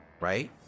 right